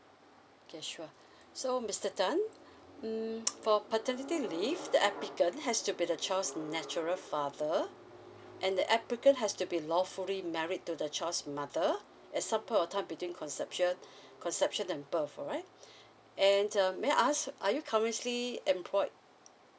okay sure so mister tan um for paternity leave the applicant has to be the child's natural father and the applicant has to be lawfully married to the child's mother at some point of time between conception conception and above alright and uh may I ask are you currently employed